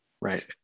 right